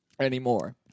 anymore